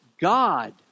God